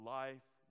life